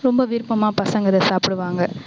ரொம்ப விருப்பமாக பசங்க அதை சாப்பிடுவாங்க